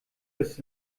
bis